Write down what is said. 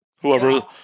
Whoever